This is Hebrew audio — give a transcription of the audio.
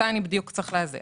מתי בדיוק צריך לעשות את המעבר.